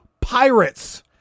pirates